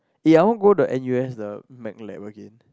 eh I want go the N_U_S the Mac lab again